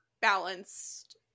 balanced